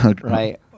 Right